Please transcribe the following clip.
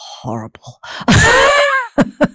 horrible